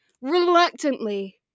Reluctantly